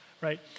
right